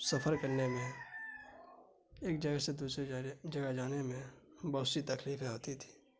سفر کرنے میں ایک جگہ سے دوسری جگہ جانے میں بہت سی تکلیفیں آتی تھی